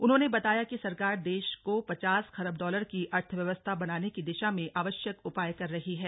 उन्होंने बताया कि सरकार देश को पचास खरब डॉलर की अर्थव्यवस्था बनाने की दिशा में आवश्यक उपाय कर रही है